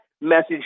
message